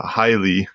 highly